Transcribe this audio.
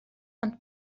ond